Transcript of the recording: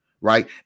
right